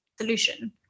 solution